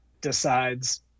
decides